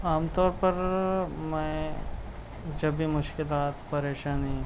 عام طور پر میں جب بھی مشکلات پریشانی